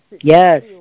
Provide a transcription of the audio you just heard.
Yes